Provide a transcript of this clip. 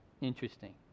Interesting